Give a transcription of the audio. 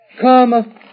come